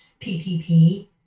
PPP